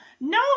No